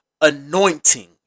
anointing